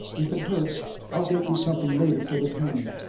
if it hurts i'll get you something later for the pain.